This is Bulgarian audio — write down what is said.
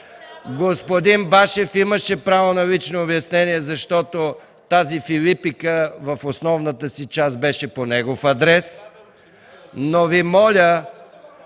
Господин Башев имаше право на лично обяснение, защото тази филипика в основната си част беше по негов адрес. (Размяна